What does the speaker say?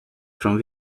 från